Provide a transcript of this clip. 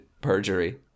perjury